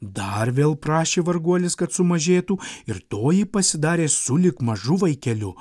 dar vėl prašė varguolis kad sumažėtų ir toji pasidarė sulig mažu vaikeliu